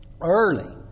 early